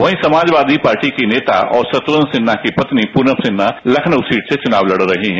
वहीं समाजवादी पार्टी की नेता शत्रुध्न सिन्हा की पत्नी पूनम सिन्हा लखनऊ सीट से चुनाव लड़ रही है